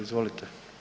Izvolite.